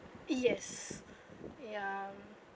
yes ya